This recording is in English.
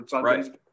Right